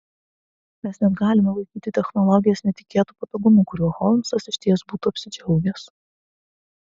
mes net galime laikyti technologijas netikėtu patogumu kuriuo holmsas išties būtų apsidžiaugęs